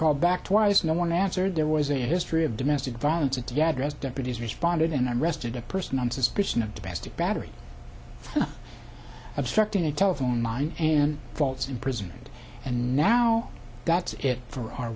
called back twice no one answered there was a history of domestic violence and to address deputies responded and i rested a person on suspicion of domestic battery obstruct a telephone line and false imprisonment and now that's it for our